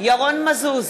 ירון מזוז,